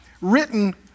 written